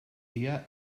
dia